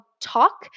Talk